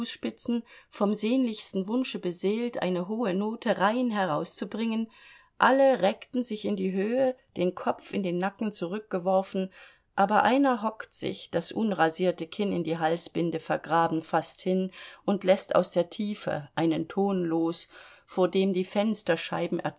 fußspitzen vom sehnlichsten wunsche beseelt eine hohe note rein herauszubringen alle recken sich in die höhe den kopf in den nacken zurückgeworfen aber einer hockt sich das unrasierte kinn in die halsbinde vergraben fast hin und läßt aus der tiefe einen ton los vor dem die fensterscheiben